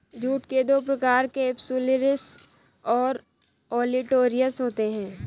jute के दो प्रकार केपसुलरिस और ओलिटोरियस होते हैं